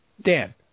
Dan